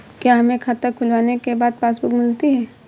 क्या हमें खाता खुलवाने के बाद पासबुक मिलती है?